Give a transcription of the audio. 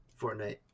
fortnite